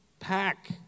pack